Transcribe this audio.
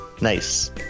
Nice